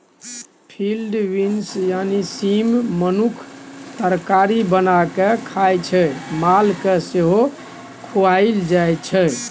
field beans यानी सीम मनुख तरकारी बना कए खाइ छै मालकेँ सेहो खुआएल जाइ छै